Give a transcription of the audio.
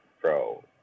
pro